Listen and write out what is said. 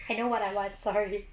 I know what I want sorry